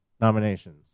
nominations